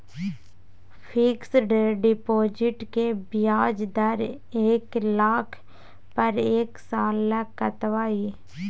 Fixed deposit के ब्याज दर एक लाख पर एक साल ल कतबा इ?